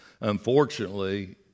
unfortunately